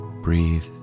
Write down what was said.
Breathe